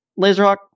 Laserhawk